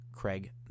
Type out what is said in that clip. Craig